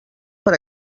per